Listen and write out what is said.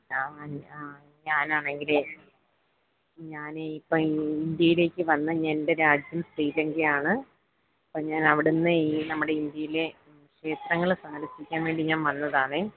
ഞാൻ ആ ഞാനാണെങ്കിലെ ഞാനെ ഇപ്പോള് ഇന്ത്യയിലേക്ക് വന്ന എൻ്റെ രാജ്യം ശ്രീലങ്കയാണ് അപ്പോള് ഞാൻ അവിടുന്നേ ഈ നമ്മുടെ ഇന്ത്യയിലെ ക്ഷേത്രങ്ങൾ സന്ദർശിക്കാൻ വേണ്ടി ഞാന് വന്നതാണെ